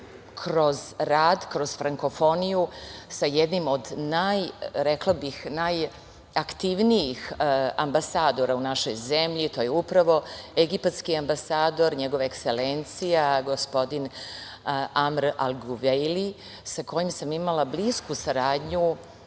kroz rad, kroz Frankofoniju, sa jednim od, rekla bih, najaktivnijih ambasadora u našoj zemlji, to je upravo egipatski ambasador, njegova ekselencija gospodin Amr Alguvejli, sa kojim sam imala blisku saradnju